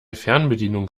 fernbedienung